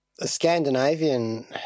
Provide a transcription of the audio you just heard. Scandinavian